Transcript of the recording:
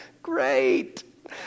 great